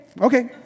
okay